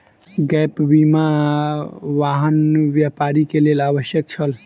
gap बीमा, वाहन व्यापारी के लेल आवश्यक छल